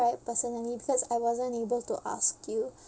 ~ight personally because I wasn't able to ask you